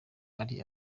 ari